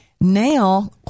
Now